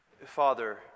Father